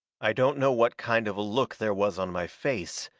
i don't know what kind of a look there was on my face,